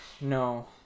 No